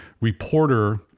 reporter